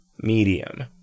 medium